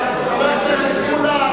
חבר הכנסת מולה,